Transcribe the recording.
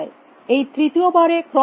এই তৃতীয় বারে ক্রমটি কী